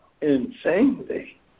insanely